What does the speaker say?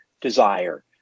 desire